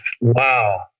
Wow